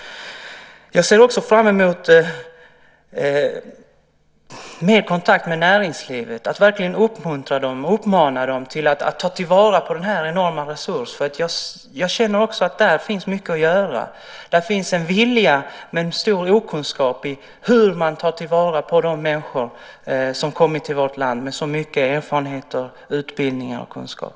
Jag ser också fram emot en ökad kontakt med näringslivet. Det gäller att verkligen uppmuntra och uppmana dem att ta vara på denna enorma resurs. Jag känner att där finns mycket att göra. Det finns en vilja men en stor okunskap om hur man tar vara på de människor som kommit till vårt land med så mycket erfarenheter, utbildning och kunskap.